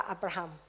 Abraham